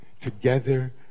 together